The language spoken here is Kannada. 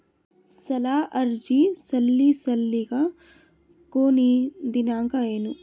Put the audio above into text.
ಸಾಲ ಅರ್ಜಿ ಸಲ್ಲಿಸಲಿಕ ಕೊನಿ ದಿನಾಂಕ ಏನು?